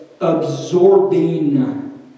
absorbing